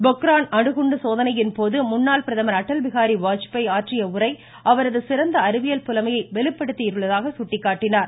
பொக்ரான் அணுகுண்டு சோதனையின் போது முன்னாள் பிரதமர் அடல்பிஹாரி வாஜ்பேய் ஆற்றியஉரை அவரது சிறந்த அறிவியல் புலமையை வெளிப்படுத்தியதாக சுட்டிக்காட்டினார்